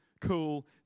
Cool